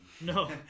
No